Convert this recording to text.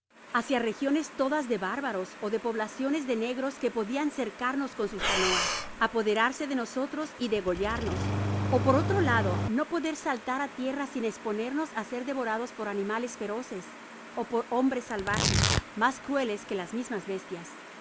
hácia regiones todas de bárbaros ó de poblaciones de negros que podian cercarnos con sus canoas apoderarse de nosotros y degollarnos ó por otro lado no poder saltar á tierra sin esponernos á ser devorados por animales feroces ó por hombres salvajes mas crueies que jas mismas bestias